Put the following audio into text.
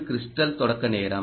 crystal தொடக்க நேரம்